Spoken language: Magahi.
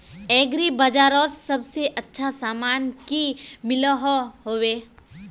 एग्री बजारोत सबसे अच्छा सामान की मिलोहो होबे?